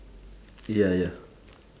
ya ya